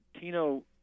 Tino